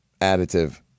additive